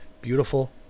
Beautiful